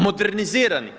Modernizirani.